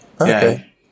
Okay